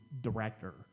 director